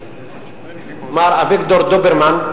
מר אביגדור דוברמן,